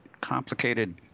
complicated